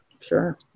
Sure